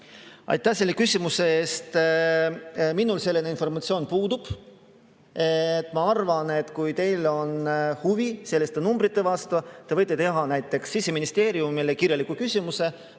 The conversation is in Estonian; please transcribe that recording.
Aitäh selle küsimuse eest! Minul selline informatsioon puudub. Ma arvan, et kui teil on huvi selliste numbrite vastu, te võite esitada näiteks Siseministeeriumile kirjaliku küsimuse.